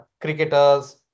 cricketers